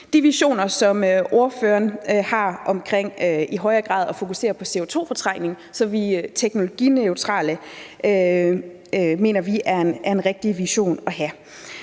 De visioner, som ordføreren har, om i højere grad at fokusere på CO2-fortrængning, så vi er teknologineutrale, mener vi er en rigtig vision at have.